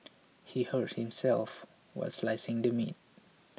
he hurt himself while slicing the meat